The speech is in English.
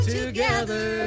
together